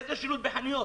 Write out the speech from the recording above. איזה שילוט בחנויות?